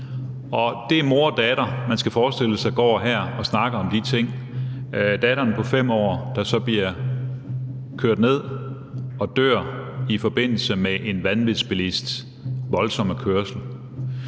er en mor og en datter, man her skal forestille sig går og snakker om de ting – datteren på 5 år, der så bliver kørt ned og dør i forbindelse med en vanvidsbilists voldsomme kørsel.